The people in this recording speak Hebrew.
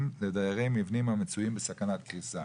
לדיירי מבנים המצויים בסכנת קריסה.